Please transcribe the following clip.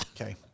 Okay